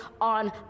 on